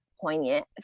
poignant